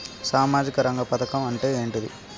సామాజిక రంగ పథకం అంటే ఏంటిది?